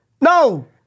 No